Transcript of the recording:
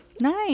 nice